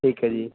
ਠੀਕ ਹੈ ਜੀ